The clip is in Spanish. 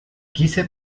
quise